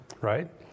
right